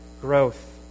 growth